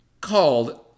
called